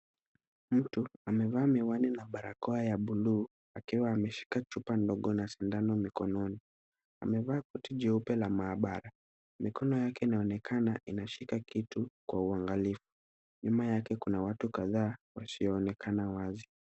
Mtu amevaa miwani na barakoa ya buluu akiwa ameshika chupa ndogo na sindano mkononi. Amevaa buti jeupe la maabara mikono yake inaonekana inashika kitu kwa uangalifu. Nyuma yake kuna watu kadhaa wasioonekana wazi.